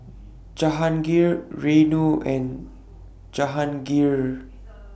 Jahangir Renu and Jehangirr